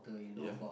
ya